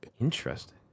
Interesting